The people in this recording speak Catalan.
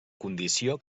condició